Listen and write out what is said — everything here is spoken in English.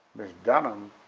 miss dunham,